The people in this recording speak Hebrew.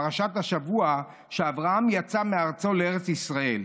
פרשת השבוע שאברהם יצא מארצו לארץ ישראל.